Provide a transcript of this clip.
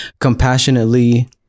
compassionately